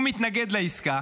הוא מתנגד לעסקה,